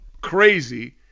crazy